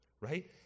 right